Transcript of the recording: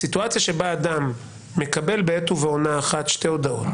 הסיטואציה בה אדם מקבל בעת ובעונה אחת שתי הודעות